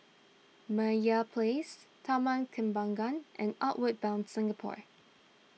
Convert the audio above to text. Meyer Place Taman Kembangan and Outward Bound Singapore